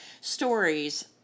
stories